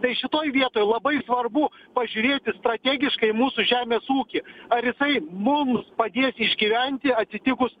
tai šitoj vietoj labai svarbu pažiūrėti strategiškai mūsų žemės ūkį ar jisai mums padės išgyventi atsitikus